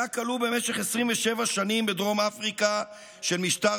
היה כלוא במשך 27 שנים בדרום אפריקה של משטר